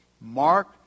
Mark